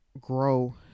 grow